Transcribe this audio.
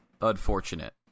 unfortunate